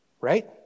right